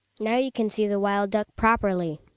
now you can see the wild duck properly.